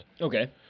Okay